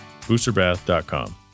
Boosterbath.com